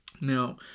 Now